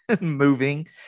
moving